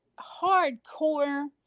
Hardcore